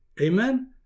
amen